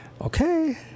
Okay